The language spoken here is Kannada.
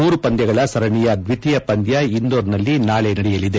ಮೂರು ಪಂದ್ಯಗಳ ಸರಣಿಯ ದ್ವಿತೀಯ ಪಂದ್ಯ ಇಂದೋರ್ ನಲ್ಲಿ ನಾಳೆ ನಡೆಯಲಿದೆ